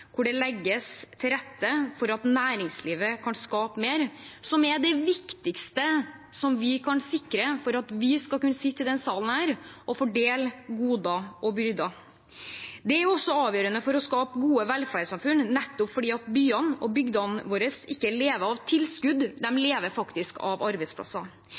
hvor det legges til rette for at næringslivet kan skape mer, som er det viktigste for å sikre at vi skal kunne sitte i denne sal og fordele goder og byrder. Det er også avgjørende for å skape gode velferdssamfunn nettopp fordi byene og bygdene våre ikke lever av tilskudd. De lever faktisk av arbeidsplasser.